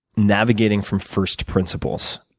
navigating from first principles.